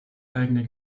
eigene